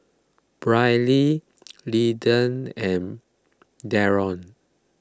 Brylee Lidie and Darrion